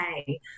okay